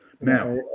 Now